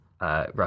rough